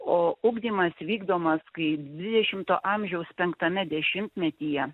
o ugdymas vykdomas kaip dvidešimto amžiaus penktame dešimtmetyje